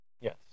Yes